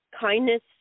kindness